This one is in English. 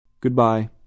Goodbye